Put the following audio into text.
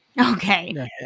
Okay